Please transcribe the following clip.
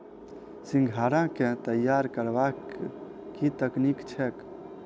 सिंघाड़ा केँ तैयार करबाक की तकनीक छैक?